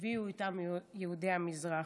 שהביאו איתם יהודי המזרח.